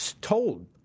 told